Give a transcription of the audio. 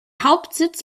hauptsitz